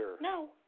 No